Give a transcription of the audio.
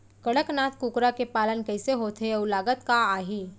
कड़कनाथ कुकरा के पालन कइसे होथे अऊ लागत का आही?